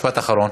משפט אחרון.